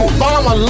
Obama